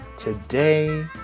today